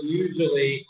usually